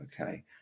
okay